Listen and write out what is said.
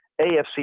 AFC